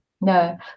No